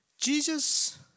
Jesus